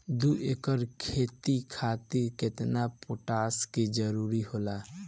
दु एकड़ खेती खातिर केतना पोटाश के जरूरी होला?